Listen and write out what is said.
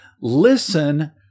listen